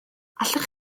allwch